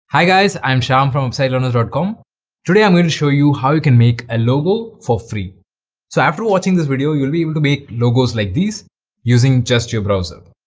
hi guys. i'm shyam from websitelearners dot com today i'm going to show you how you can make a logo for free so after watching this video you'll be able to make logos like these using just your browser